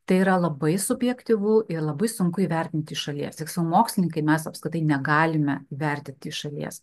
tai yra labai subjektyvu ir labai sunku įvertinti šalies tiksliau mokslininkai mes apskritai negalime vertinti iš šalies